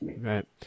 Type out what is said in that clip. Right